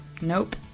Nope